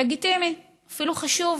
לגיטימי, אפילו חשוב.